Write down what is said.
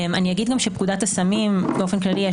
פקודת הסמים באופן כללי,